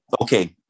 Okay